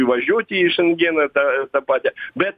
įvažiuoti į šengeną tą tą patį bet